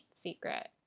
secret